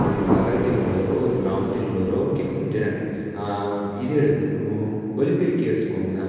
ஒரு நகரத்தில் உள்ளவரோ ஒரு கிராமத்தில் உள்ளவரோ கேட்கும் திறன் இதையே எடு ஒலிப்பெருக்கி எடுத்துக்கோங்களேன்